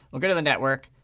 we'll go to the network.